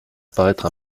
apparaître